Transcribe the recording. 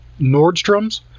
Nordstrom's